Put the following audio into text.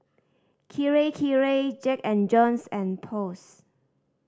Kirei Kirei Jack and Jones and Post